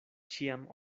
ĉiam